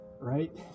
Right